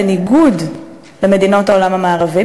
בניגוד למדינות העולם המערבי,